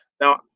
Now